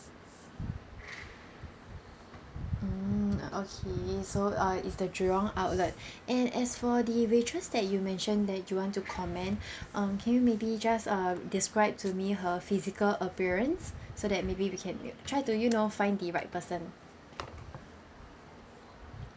mm okay so uh is the jurong outlet and as for the waitress that you mentioned that you want to commend um can you maybe just um describe to me her physical appearance so that maybe we can try to you know find the right person